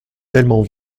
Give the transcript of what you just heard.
tellement